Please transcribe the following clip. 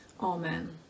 Amen